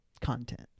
content